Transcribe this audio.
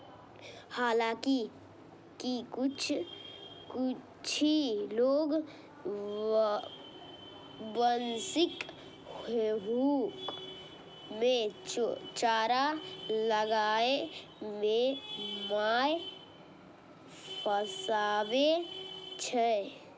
हालांकि किछु लोग बंशीक हुक मे चारा लगाय कें माछ फंसाबै छै